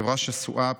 חברה שסועה,